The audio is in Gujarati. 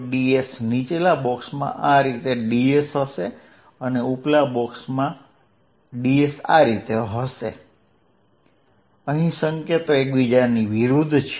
ds નીચલા બોક્સમાં આ રીતે ds હશે અને ઉપલા બોક્સ માટે ds આ રીતે હશે અહીં સંકેતો એકબીજાથી વિરુદ્ધ છે